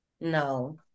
No